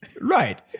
Right